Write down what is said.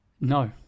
No